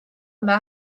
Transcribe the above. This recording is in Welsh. yma